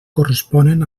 corresponen